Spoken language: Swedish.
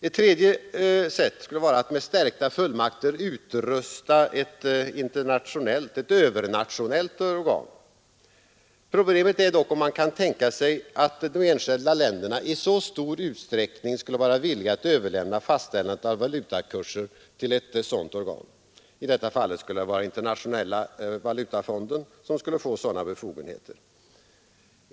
Ett tredje sätt skulle vara ett med vidsträckta fullmakter utrustat övernationellt organ. Problemet är dock om man kan tänka sig att de enskilda länderna i så stor utsträckning skulle vara villiga att överlämna fastställandet av valutakurser till ett sådant organ. I detta fall skulle Internationella valutafonden få sådana befogenheter.